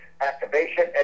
activation